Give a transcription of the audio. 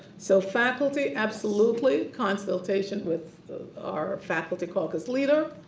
so faculty absolutely consultation with our faculty caucus leader,